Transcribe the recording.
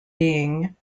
being